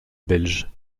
belge